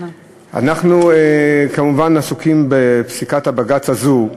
אנחנו כמובן עסוקים בפסיקת בג"ץ הזאת,